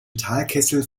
talkessel